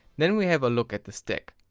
then we have a look at the stack.